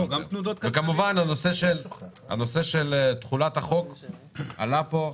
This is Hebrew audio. וכמובן הנושא של תחולת החוק עלה פה,